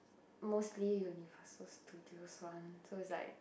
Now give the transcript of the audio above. mostly Universal-Studio's one so is like